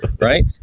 right